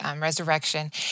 resurrection